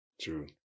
True